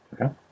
Okay